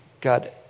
God